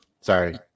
sorry